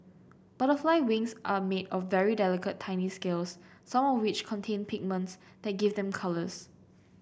butterfly wings are made of very delicate tiny scales some of which contain pigments that give them colours